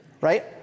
right